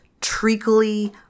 treacly